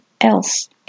else